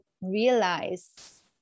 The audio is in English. realize